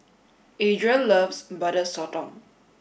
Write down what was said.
Adria loves Butter Sotong